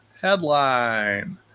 Headline